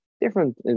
different